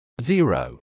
Zero